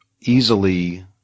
easily